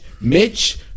Mitch